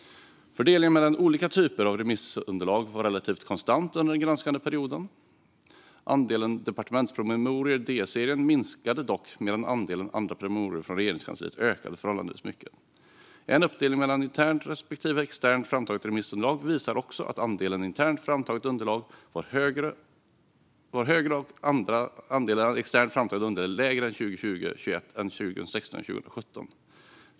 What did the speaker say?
Fördelningen mellan olika typer av remissunderlag var relativt konstant under den granskade perioden. Andelen departementspromemorior i Ds-serien minskade dock, medan andelen andra promemorior från Regeringskansliet ökade förhållandevis mycket. En uppdelning mellan internt respektive externt framtaget remissunderlag visar också att andelen internt framtaget underlag var högre och andelen externt framtaget underlag lägre under 2020 och 2021 än under 2016 och 2017.